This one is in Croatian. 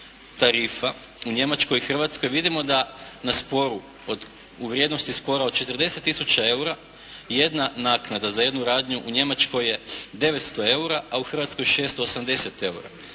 tarifa u Njemačkoj i Hrvatskoj vidimo da na sporu u vrijednosti spora od 40 tisuća eura jedna naknada za jednu radnju u Njemačkoj je 900 eura a u Hrvatskoj 680 eura,